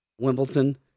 Wimbledon